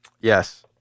Yes